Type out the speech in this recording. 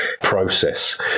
process